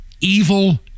evil